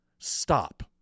Stop